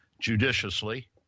judiciously